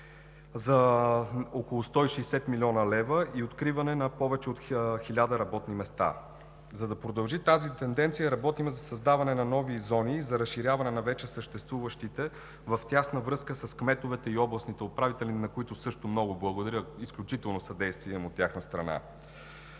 за около 160 млн. лв. и откриване на повече от 1000 работни места. За да продължи тази тенденция, работим за създаване на нови зони и за разширяване на вече съществуващите в тясна връзка с кметовете и областните управители, на които също много благодаря. Имам изключително съдействие от тяхна страна.